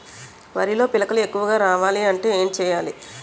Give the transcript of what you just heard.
వరిలో పిలకలు ఎక్కువుగా రావాలి అంటే ఏంటి చేయాలి?